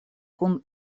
kun